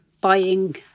buying